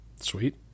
Sweet